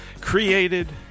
created